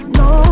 no